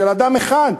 של אדם אחד,